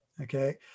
okay